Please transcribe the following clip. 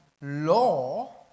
law